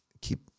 keep